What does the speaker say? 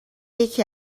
یکی